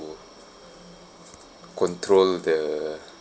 to control the